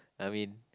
I mean